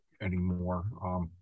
anymore